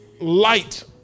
light